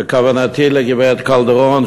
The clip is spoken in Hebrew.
וכוונתי לגברת קלדרון.